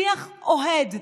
שיח אוהד,